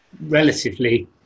relatively